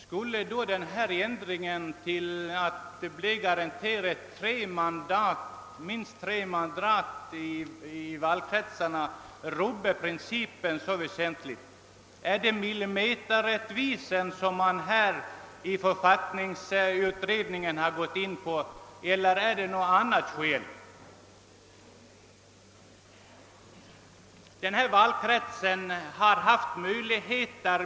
Skulle då en ändring med innebörden att det blir minst tre mandat i valkretsarna rubba principerna så väsentligt? Är det millimeterrättvisa som författningsutredningen gått in för, eller är det något annat skäl som ligger bakom ställningstagandet?